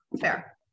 Fair